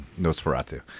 nosferatu